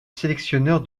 sélectionneur